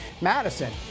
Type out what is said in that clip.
Madison